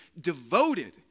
devoted